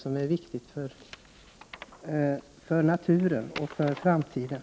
Det är viktigt för naturen och för framtiden.